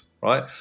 right